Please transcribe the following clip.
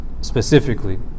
specifically